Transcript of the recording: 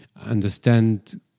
understand